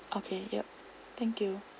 okay yup thank you